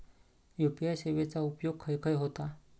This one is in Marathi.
यू.पी.आय सेवेचा उपयोग खाय खाय होता?